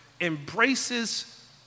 embraces